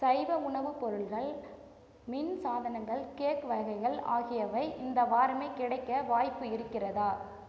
சைவ உணவு பொருட்கள் மின் சாதனங்கள் கேக் வகைகள் ஆகியவை இந்த வாரம் கிடைக்க வாய்ப்பு இருக்கிறதா